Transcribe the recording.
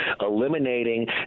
eliminating